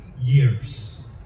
years